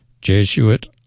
Jesuit